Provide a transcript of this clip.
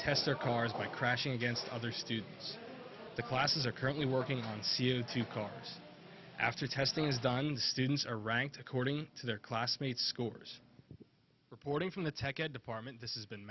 test their cars by crashing against other students the classes are currently working on c a two car just after testing is done students are ranked according to their classmates scores reporting from the tech at department this is been